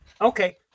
Okay